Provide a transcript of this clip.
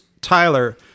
Tyler